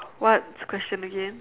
what this question again